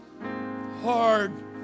hard